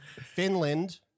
Finland